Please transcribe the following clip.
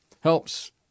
helps